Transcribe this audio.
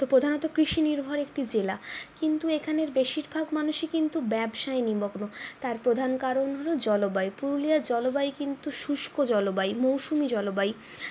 প্রধানত কৃষিনির্ভর একটি জেলা কিন্তু এখানের বেশিরভাগ মানুষই কিন্তু ব্যবসায় নিমগ্ন তার প্রধান কারণ হল জলবায়ু পুরুলিয়ার জলবায়ু কিন্তু শুষ্ক জলবায়ু মৌসুমী জলবায়ু